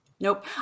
Nope